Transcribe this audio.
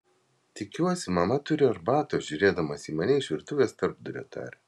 tikiuosi mama turi arbatos žiūrėdamas į mane iš virtuvės tarpdurio taria